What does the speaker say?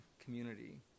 community